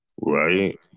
Right